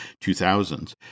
2000s